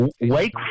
Wake